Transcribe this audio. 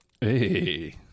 Hey